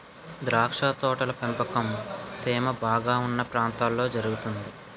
ద్రాక్ష తోటల పెంపకం తేమ బాగా ఉన్న ప్రాంతాల్లో జరుగుతుంది